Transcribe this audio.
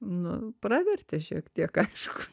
nu pravertė šiek tiek aišku